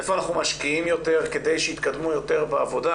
איפה אנחנו משקיעים יותר כדי שיתקדמו יותר בעבודה,